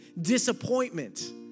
disappointment